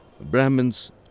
Brahmins